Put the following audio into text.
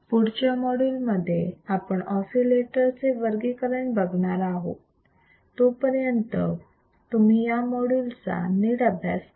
पुढच्या मॉड्यूलमध्ये आपण ऑसिलेटर चे वर्गीकरण बघणार आहोत तोपर्यंत तुम्ही या मॉड्यूलचा नीट अभ्यास करा